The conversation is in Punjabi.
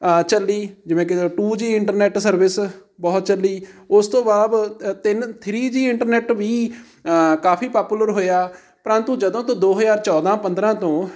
ਚੱਲੀ ਜਿਵੇਂ ਕਿ ਟੂ ਜੀ ਇੰਟਰਨੈੱਟ ਸਰਵਿਸ ਬਹੁਤ ਚੱਲੀ ਉਸ ਤੋਂ ਬਾਅਦ ਤਿੰਨ ਥਰੀ ਜੀ ਇੰਟਰਨੈਟ ਵੀ ਕਾਫ਼ੀ ਪਾਪੂਲਰ ਹੋਇਆ ਪ੍ਰੰਤੂ ਜਦੋਂ ਤੋਂ ਦੋ ਹਜ਼ਾਰ ਚੌਦਾਂ ਪੰਦਰਾਂ ਤੋਂ